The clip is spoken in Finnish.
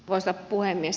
arvoisa puhemies